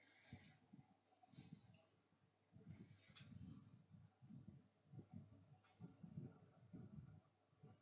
yeah